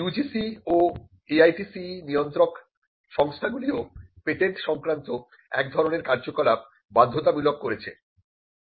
UGC ও AITCE নিয়ন্ত্রক সংস্থাগুলিও পেটেন্ট সংক্রান্ত এক ধরনের কার্যকলাপ বাধ্যতামূলক করেছে